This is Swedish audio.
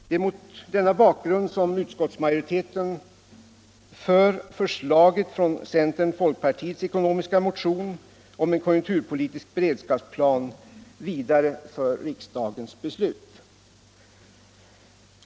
Det är mot denna bakgrund som utskottsmajoriteten för förslaget från centerns-folkpartiets ekonomiska motion om en konjunkturpolitisk beredskapsplan vidare för riksdagens beslut.